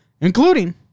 including